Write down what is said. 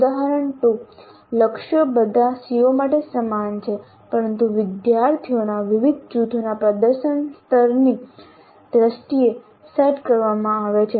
ઉદાહરણ 2 લક્ષ્યો બધા CO માટે સમાન છે પરંતુ વિદ્યાર્થીઓના વિવિધ જૂથોના પ્રદર્શન સ્તરની દ્રષ્ટિએ સેટ કરવામાં આવે છે